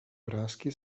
vrásky